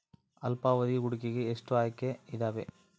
ಅಲ್ಪಾವಧಿ ಹೂಡಿಕೆಗೆ ಎಷ್ಟು ಆಯ್ಕೆ ಇದಾವೇ?